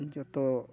ᱡᱚᱛᱚ